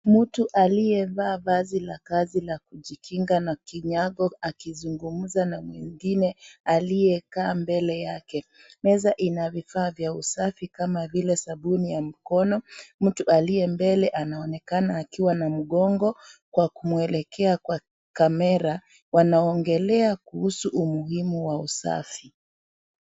Mtu aliyevaa vazi la kazi la kujikinga na kinyago akizungumza na mwingine aliyekaa mbele yake. Meza ina vifaa vya usafi kama vile sabuni ya mkono. Mtu aliye mbele anaonekana akiwa na mgongo, kwa kumwelekea kwa kamera. Wanaongelea kuhusu umuhimu wa usafi.